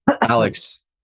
Alex